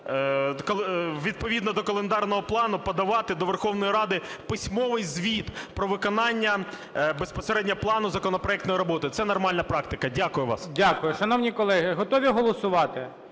відповідно до календарного плану подавати до Верховної Ради письмовий звіт про виконання безпосередньо плану законопроектної роботи. Це нормальна практика. Дякую вам. ГОЛОВУЮЧИЙ. Дякую. Шановні колеги, готові голосувати.